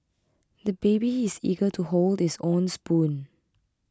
the baby is eager to hold his own spoon